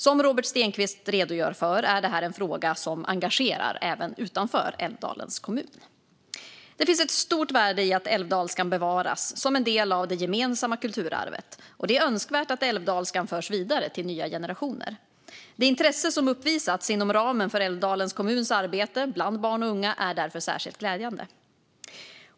Som Robert Stenkvist redogör för är det här en fråga som engagerar även utanför Älvdalens kommun. Det finns ett stort värde i att älvdalskan bevaras som en del av det gemensamma kulturarvet, och det är önskvärt att älvdalskan förs vidare till nya generationer. Det intresse som uppvisats inom ramen för Älvdalens kommuns arbete bland barn och unga är därför särskilt glädjande.